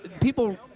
people